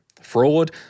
fraud